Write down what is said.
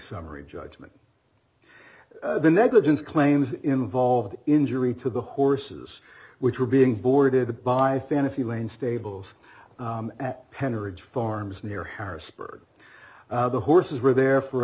summary judgment the negligence claims involved injury to the horses which were being boarded by fantasy lane stables at penrith farms near harrisburg the horses were there for a